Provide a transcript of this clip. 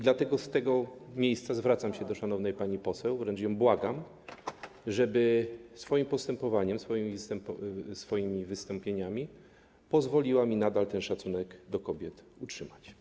Dlatego z tego miejsca zwracam się do szanownej pani poseł, wręcz ją błagam, żeby swoim postępowaniem, swoimi wystąpieniami pozwoliła mi nadal ten szacunek do kobiet utrzymać.